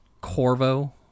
Corvo